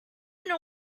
know